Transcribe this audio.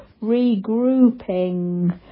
regrouping